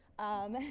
um,